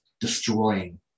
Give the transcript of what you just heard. destroying